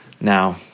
now